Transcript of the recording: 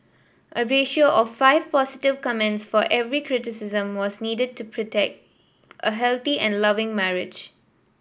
a ratio of five positive comments for every criticism was needed to predict a healthy and loving marriage